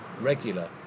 regular